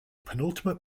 penultimate